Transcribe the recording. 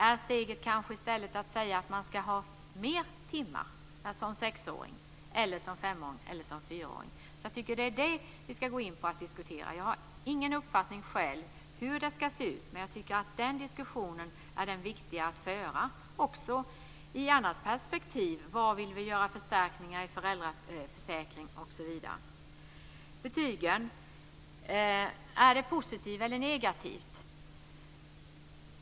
Är nästa steg i stället kanske att sexåringarna, femåringarna eller fyraåringarna ska få fler timmar? Jag tycker att det är detta som vi ska diskutera. Jag har själv ingen uppfattning om hur det ska se ut. Men jag tycker att det är den diskussionen som är viktig att föra också i ett annat perspektiv, nämligen vilka förstärkningar vi vill göra i föräldraförsäkringen, osv. Lennart Gustavsson frågade om det är positivt eller negativt med betyg.